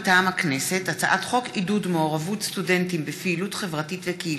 מטעם הכנסת: הצעת חוק עידוד מעורבות סטודנטים בפעילות חברתית וקהילתית,